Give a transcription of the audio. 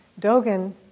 Dogen